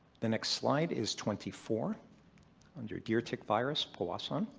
the next slide is twenty four under deer tick virus powassan.